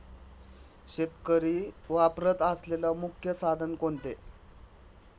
शेतकरी वापरत असलेले मुख्य साधन कोणते?